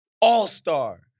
all-star